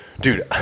dude